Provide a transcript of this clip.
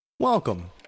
Welcome